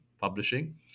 publishing